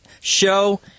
show